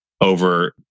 over